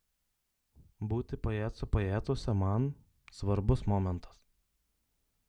būti pajacu pajacuose man svarbus momentas